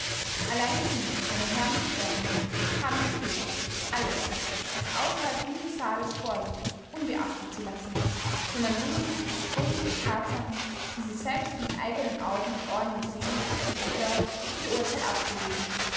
allein sie m h geschworenen haben die pflicht alles was außerhalb dieses saales vorgeht unbeachtet zu lassen sondern lediglich auf grund der tatsachen die sie selbst mit eigenen augen und ohren gesehen und gehört ihr urteil abzugeben